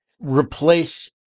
replace